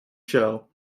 show